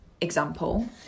example